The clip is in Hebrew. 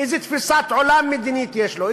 איזו תפיסת עולם מדינית יש לו?